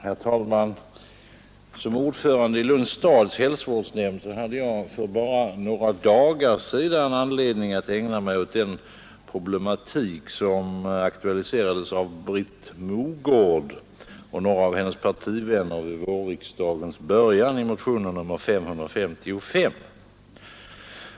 Herr talman! Såsom ordförande i Lunds stads hälsovårdsnämnd hade jag för bara några dagar sedan anledning att ägna mig åt den problematik som aktualiserades av Britt Mogård och några av hennes partivänner vid vårriksdagens början i motionen 555.